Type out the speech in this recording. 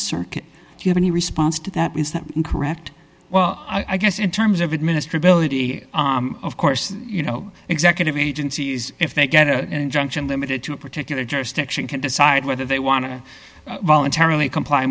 circuit do you have any response to that is that correct well i guess in terms of administer ability of course you know executive agencies if they get a injunction limited to a particular jurisdiction can decide whether they want to voluntarily comply